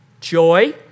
joy